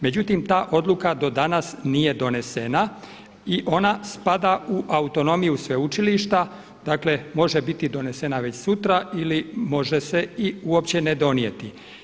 Međutim, ta odluka do danas nije donesena i ona spada u autonomiju sveučilišta i može biti donesena već sutra i može se i uopće ne donijeti.